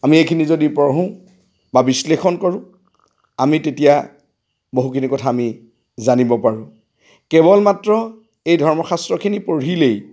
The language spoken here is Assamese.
আমি এইখিনি যদি পঢ়োঁ বা বিশ্লেষণ কৰোঁ আমি তেতিয়া বহুখিনি কথা আমি জানিব পাৰোঁ কেৱল মাত্ৰ এই ধৰ্মশাস্ত্ৰখিনি পঢ়িলেই